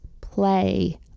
play